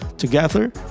Together